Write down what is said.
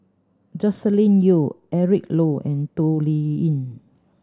Joscelin Yeo Eric Low and Toh Liying